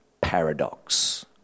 paradox